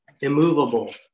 immovable